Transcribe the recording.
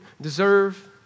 deserve